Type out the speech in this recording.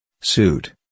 Suit